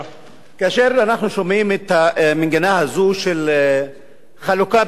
כאשר אנחנו שומעים את המנגינה הזאת של החלוקה בנטל,